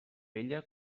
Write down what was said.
vella